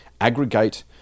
aggregate